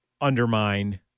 undermine